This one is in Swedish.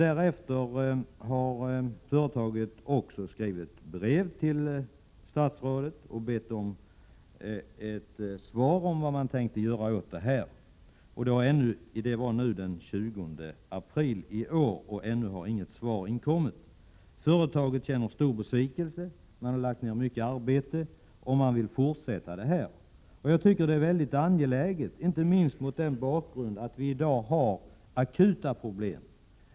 Senare har företaget också skrivit brev till statsrådet och bett om ett svar med redogörelse för vad som kan göras. Brevet är daterat den 20 april, men ännu har inget svar inkommit. Företaget känner stor besvikelse, eftersom det har lagt ned mycket arbete och vill fortsätta med saken. Jag tycker att frågan är mycket angelägen, inte minst med tanke på att vi i dag har akuta problem.